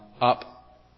up